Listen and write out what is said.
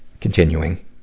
Continuing